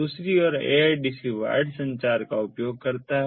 दूसरी ओर AIDC wired संचार का उपयोग करता है